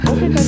Okay